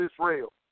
Israel